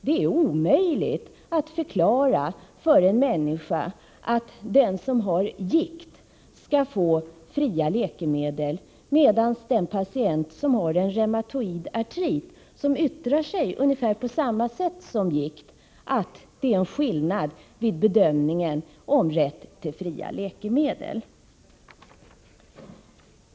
Det är omöjligt att förklara för en människa att den som har gikt skall få fria läkemedel, medan den patient som har en reumatoid artrit, som yttrar sig på ungefär samma sätt som gikt, inte skall få det och att det alltså är en skillnad i bedömningen av rätten till fria läkemedel.